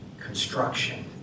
construction